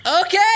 Okay